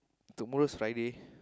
tomorrow is Friday